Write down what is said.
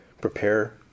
prepare